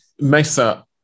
Mesa